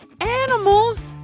animals